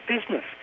business